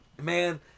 man